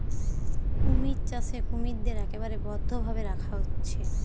কুমির চাষে কুমিরদের একবারে বদ্ধ ভাবে রাখা হচ্ছে